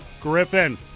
Griffin